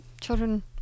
children